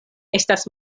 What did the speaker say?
estas